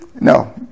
No